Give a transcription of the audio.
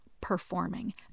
performing